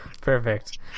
Perfect